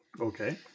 Okay